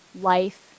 life